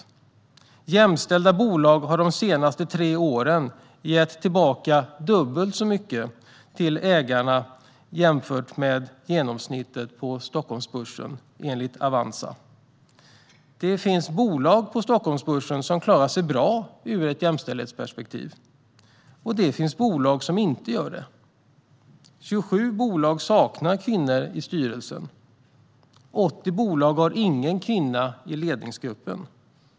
Enligt Avanza har jämställda bolag de senaste tre åren gett tillbaka dubbelt så mycket till ägarna jämfört med genomsnittet på Stockholmsbörsen. Det finns bolag på Stockholmsbörsen som klarar sig bra ur ett jämställdhetsperspektiv. Det finns även bolag som inte gör det. 27 bolag saknar kvinnor i styrelsen, och 80 bolag har ingen kvinna i ledningsgruppen.